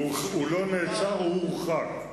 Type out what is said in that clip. הוא לא נעצר, הוא הורחק.